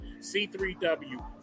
C3W